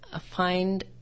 find